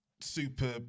super